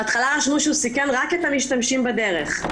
בהתחלה רשמו שהוא סיכן רק את המשתמשים בדרך.